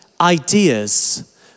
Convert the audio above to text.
ideas